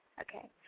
Okay